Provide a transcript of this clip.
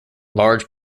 large